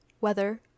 weather